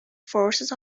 forces